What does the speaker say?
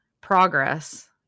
progress